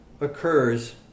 occurs